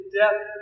death